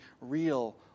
real